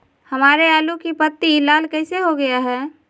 हमारे आलू की पत्ती लाल कैसे हो गया है?